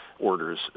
orders